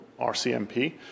RCMP